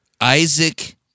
Isaac